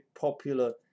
popular